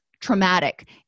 traumatic